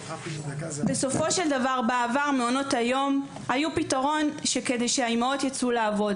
בסופו של דבר בעבר מעונות היום היו פתרון כדי שאימהות יצאו לעבוד.